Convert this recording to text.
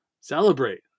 Celebrate